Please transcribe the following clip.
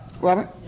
Robert